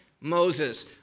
Moses